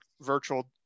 virtual